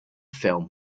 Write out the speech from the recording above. film